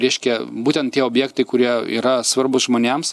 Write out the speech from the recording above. reiškia būtent tie objektai kurie yra svarbūs žmonėms